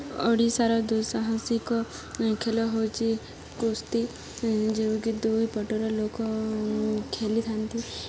ଓଡ଼ିଶାର ଦୁଇ ସାହସିକ ଖେଳ ହେଉଛି କୁସ୍ତି ଯେଉଁକି ଦୁଇ ପଟର ଲୋକ ଖେଳିଥାନ୍ତି